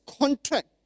contract